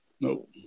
No